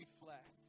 reflect